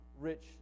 rich